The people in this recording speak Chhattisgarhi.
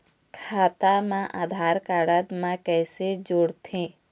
खाता मा आधार कारड मा कैसे जोड़थे?